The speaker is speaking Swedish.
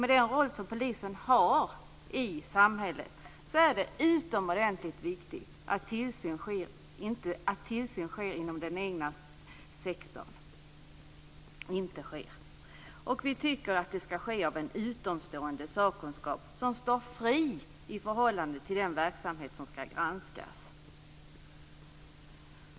Med den roll som polisen har i samhället är det utomordentligt viktigt att tillsyn inte utövas inom den egna sektorn. Vi tycker att tillsynen ska utövas av en utomstående sakkunskap som står fri i förhållande till den verksamhet som ska granskas.